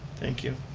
thank you.